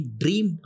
dream